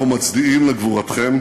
אנחנו מצדיעים לגבורתכם